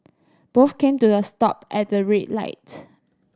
both came to the stop at the red light